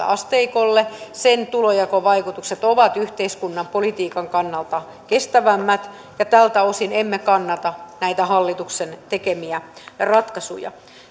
asteikoille sen tulojakovaikutukset ovat yhteiskunnan politiikan kannalta kestävämmät ja tältä osin emme kannata näitä hallituksen tekemiä ratkaisuja